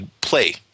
Play